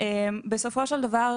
בסופו של דבר,